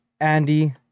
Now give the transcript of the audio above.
Andy